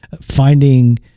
finding